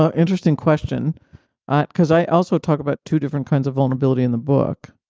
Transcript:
ah interesting question ah because i also talked about two different kinds of vulnerability in the book,